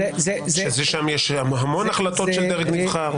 שם יש המון החלטות של דרג נבחר.